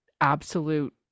absolute